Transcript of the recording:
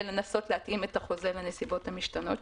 שינסו להתאים את החוזה לנסיבות המשתנות,